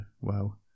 wow